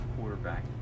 quarterback